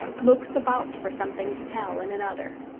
looks about for something to tell in another.